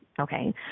Okay